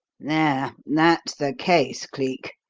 there, that's the case, cleek,